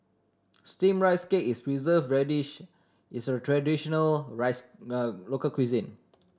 Steamed Rice Cake is Preserved Radish is a traditional rice local cuisine